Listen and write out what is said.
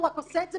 הוא רק עושה את זה